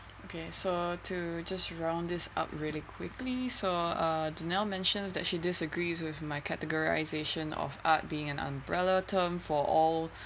okay so to just round it up really quickly so uh danielle mentions that she disagrees with my categorisation of art being an umbrella term for all